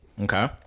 Okay